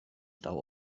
stau